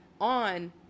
on